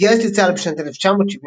התגייס לצה"ל בשנת 1971,